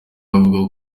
avuga